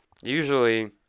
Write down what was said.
usually